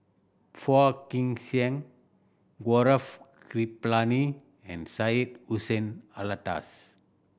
Phua Kin Siang Gaurav Kripalani and Syed Hussein Alatas